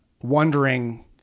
wondering